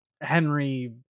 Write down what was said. Henry